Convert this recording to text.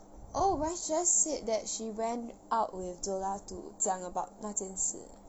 oh raj just said that she went out with dulah to 讲 about 那件事